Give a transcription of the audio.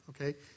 Okay